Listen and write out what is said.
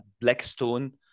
Blackstone